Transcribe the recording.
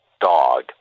dog